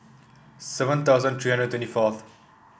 seven thousand three hundred twenty fourth